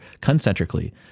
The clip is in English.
concentrically